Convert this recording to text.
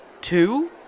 two